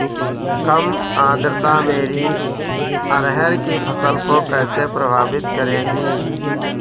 कम आर्द्रता मेरी अरहर की फसल को कैसे प्रभावित करेगी?